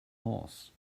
horse